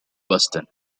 boston